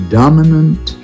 dominant